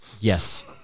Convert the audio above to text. Yes